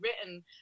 written